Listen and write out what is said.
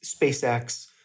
SpaceX